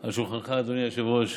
אל שולחנך, אדוני היושב-ראש.